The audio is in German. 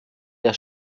der